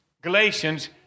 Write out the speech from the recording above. Galatians